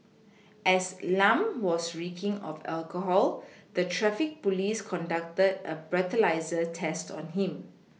as Lam was reeking of alcohol the traffic police conducted a breathalyser test on him